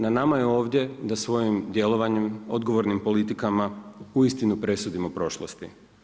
Na nama je ovdje da svojim djelovanjem odgovornim politikama uistinu presudimo prošlosti.